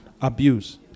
Abuse